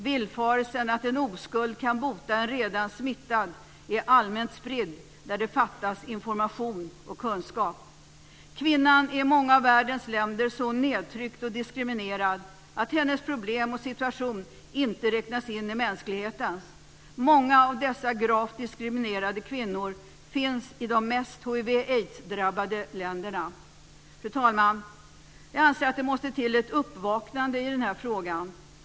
Villfarelsen att en oskuld kan bota en redan smittad är allmänt spridd där det fattas information och kunskap. Kvinnan är i många av världens länder så nedtryckt och diskriminerad att hennes problem och situation inte räknas in i mänsklighetens. Många av dessa gravt diskriminerade kvinnor finns i de mest hiv/aids-drabbade länderna. Fru talman! Jag anser att det måste till ett uppvaknande i denna fråga.